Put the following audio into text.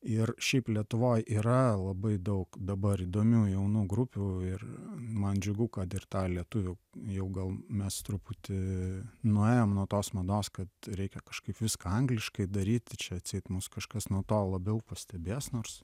ir šiaip lietuvoj yra labai daug dabar įdomių jaunų grupių ir man džiugu kad ir tą lietuvių jau gal mes truputį nuėjom nuo tos mados kad reikia kažkaip viską angliškai daryti čia atseit mus kažkas nuo to labiau pastebės nors